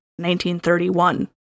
1931